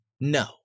no